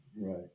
right